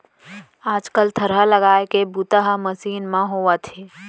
आज कल थरहा लगाए के बूता ह मसीन म होवथे